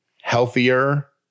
healthier